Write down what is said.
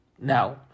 Now